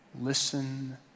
listen